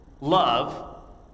love